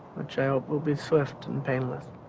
which i hope will be swift and painless.